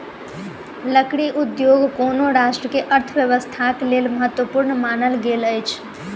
लकड़ी उद्योग कोनो राष्ट्र के अर्थव्यवस्थाक लेल महत्वपूर्ण मानल गेल अछि